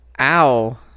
Ow